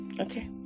Okay